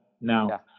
Now